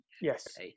yes